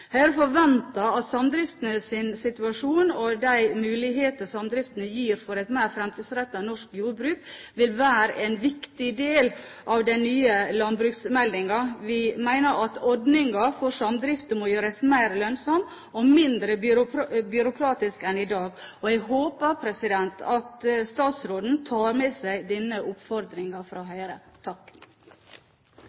Høyre forventer at samdriftenes situasjon og de muligheter som samdriften gir for et mer fremtidsrettet jordbruk, vil være en viktig del av den nye landbruksmeldingen. Vi mener at ordningen for samdrifter må gjøres mer lønnsom og mindre byråkratisk enn i dag. Jeg håper at statsråden tar med seg denne oppfordringen fra